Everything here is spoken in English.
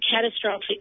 catastrophic